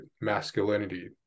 masculinity